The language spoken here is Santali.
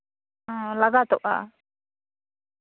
ᱞᱟᱜᱟᱛᱚᱜᱼᱟ